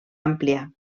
amplia